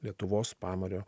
lietuvos pamario